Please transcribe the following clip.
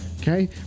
Okay